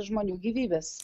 žmonių gyvybes